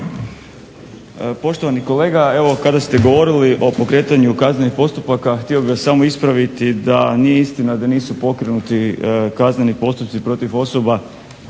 Poštovani kolega evo kada ste govorili o pokretanju kaznenih postupaka htio bih vas samo ispraviti da nije istina da nisu pokrenuti kazneni postupci protiv osoba